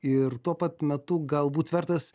ir tuo pat metu galbūt vertas